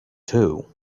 too